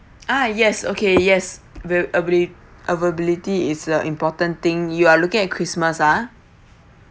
ah yes okay yes we'll ava~ availability is the important thing you're looking at christmas uh